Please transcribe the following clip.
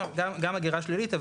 גם הגירה שלילית.